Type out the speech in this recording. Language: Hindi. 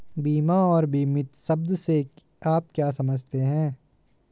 बीमा और बीमित शब्द से आप क्या समझते हैं?